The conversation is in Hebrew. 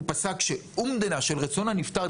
הוא פסק שאומדנה של רצון הנפטר,